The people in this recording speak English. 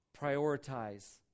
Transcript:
Prioritize